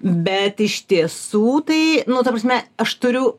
bet iš tiesų tai nu ta prasme aš turiu